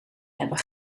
hebben